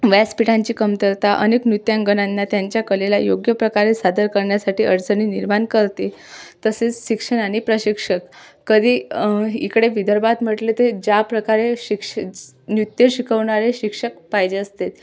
व्यासपिठांची कमतरता अनेक नृत्यांगनांना त्यांच्या कलेला योग्य प्रकारे सादर करण्यासाठी अडचणी निर्माण करते तसेच शिक्षण आणि प्रशिक्षक कधी इकडे विदर्भात म्हटले ते ज्या प्रकारे शिक्षण नृत्य शिकवणारे शिक्षक पाहिजे असते